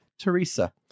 Teresa